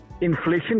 inflation